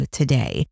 today